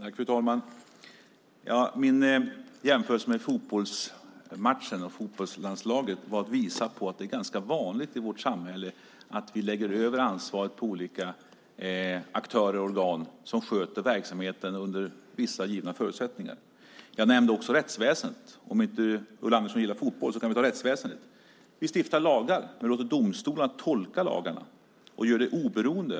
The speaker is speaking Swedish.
Fru talman! Syftet med min jämförelse med en fotbollsmatch och fotbollslandslaget var att visa att det är ganska vanligt i vårt samhälle att vi lägger över ansvar på olika aktörer och organ som sköter verksamhet under vissa givna förutsättningar. Jag nämnde också rättsväsendet. Om Ulla Andersson inte gillar fotboll så kan vi ta rättsväsendet i stället. Vi stiftar lagar, men vi låter domstolarna tolka lagarna och göra det oberoende.